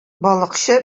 балыкчы